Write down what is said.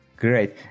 Great